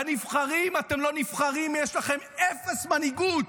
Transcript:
בנבחרים אתם לא נבחרים, יש לכם אפס מנהיגות.